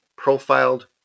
Profiled